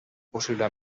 possible